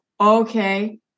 Okay